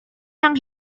yang